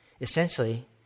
Essentially